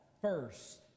first